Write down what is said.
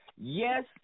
yes